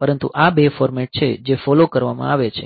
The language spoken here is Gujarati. પરંતુ આ બે ફોર્મેટ છે જે ફોલો કરવામાં આવે છે